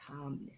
calmness